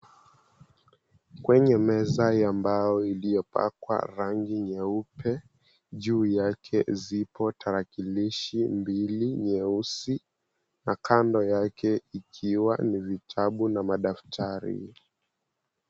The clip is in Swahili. Kwenye meza ya mbao iliyopakwa rangi nyeupe. Juu yake zipo tarakilishi mbili nyeusi na kando yake ikiwa ni vitabu na madaftari.